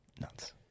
Nuts